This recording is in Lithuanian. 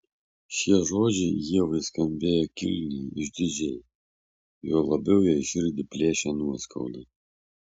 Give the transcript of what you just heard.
šie žodžiai ievai skambėjo kilniai išdidžiai juo labiau jai širdį plėšė nuoskauda